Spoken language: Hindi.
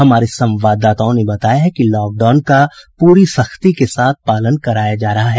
हमारे संवाददाताओं ने बताया है कि लॉकडाउन का पूरी सख्ती के साथ पालन कराया जा रहा है